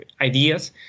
ideas